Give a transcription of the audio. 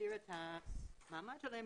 להסדיר את המעמד שלהם,